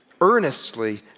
earnestly